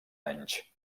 anys